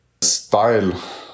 style